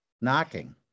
knocking